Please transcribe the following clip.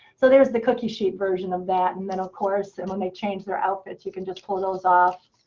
so there's the cookie sheet version of that. and then of course, and when they change their outfits, you can just pull those off.